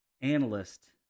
analyst